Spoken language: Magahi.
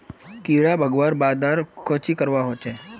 कीड़ा भगवार बाद आर कोहचे करवा होचए?